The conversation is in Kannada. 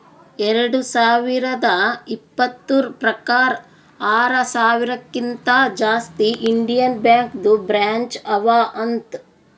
ಎರಡು ಸಾವಿರದ ಇಪ್ಪತುರ್ ಪ್ರಕಾರ್ ಆರ ಸಾವಿರಕಿಂತಾ ಜಾಸ್ತಿ ಇಂಡಿಯನ್ ಬ್ಯಾಂಕ್ದು ಬ್ರ್ಯಾಂಚ್ ಅವಾ ಅಂತ್